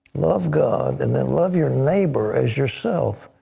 love god and then love your neighbor as yourself.